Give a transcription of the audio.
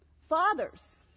Fathers